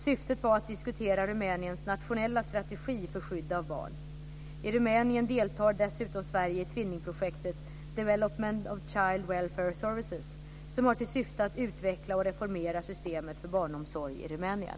Syftet var att diskutera Rumäniens nationella strategi för skydd av barn. I Rumänien deltar dessutom Sverige i twinning-projektet "Development of Child Welfare Services", som har till syfte att utveckla och reformera systemet för barnomsorg i Rumänien.